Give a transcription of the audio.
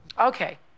Okay